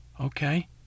okay